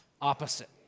opposite